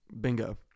Bingo